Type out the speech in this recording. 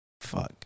fuck